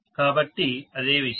కాబట్టి అదే విషయం